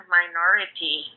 minority